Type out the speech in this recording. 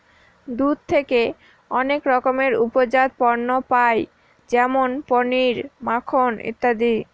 দুধ থেকে অনেক রকমের উপজাত পণ্য পায় যেমন পনির, মাখন ইত্যাদি